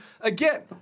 again